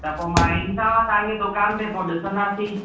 त पोइ मां ईंदीसाव तव्हांजे दुकानु ते पोइ ॾिसंदासीं